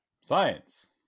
science